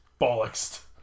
bollocks